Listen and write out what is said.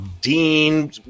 Dean